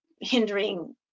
hindering